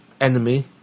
enemy